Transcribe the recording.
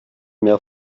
mehr